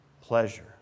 pleasure